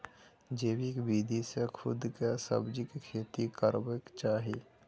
जैविक विधी से कद्दु के सब्जीक खेती करबाक चाही?